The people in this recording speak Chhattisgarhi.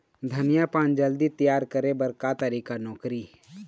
धनिया पान जल्दी तियार करे बर का तरीका नोकरी?